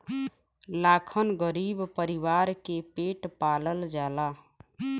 लाखन गरीब परीवार के पेट पालल जाला